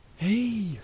Hey